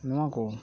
ᱱᱚᱣᱟ ᱠᱚ